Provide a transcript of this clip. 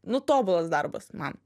nu tobulas darbas man